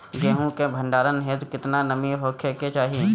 गेहूं के भंडारन हेतू कितना नमी होखे के चाहि?